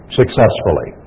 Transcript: successfully